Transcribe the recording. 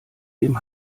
dem